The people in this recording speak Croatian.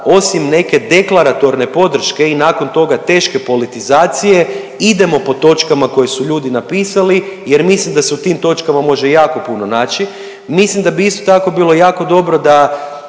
osim neke deklaratorne podrške i nakon toga teške politizacije, idemo po točkama koje su ljudi napisali jer mislim da se u tim točkama može jako puno naći. Mislim da bi isto tako bilo jako dobro da